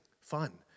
fun